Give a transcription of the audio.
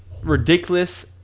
Ridiculous